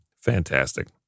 Fantastic